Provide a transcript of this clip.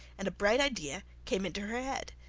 and a bright idea came into her head.